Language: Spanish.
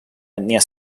etnia